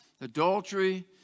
adultery